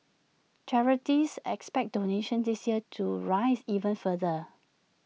charities expect donations this year to rise even further